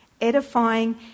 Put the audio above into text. Edifying